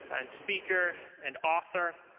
and speaker, and author.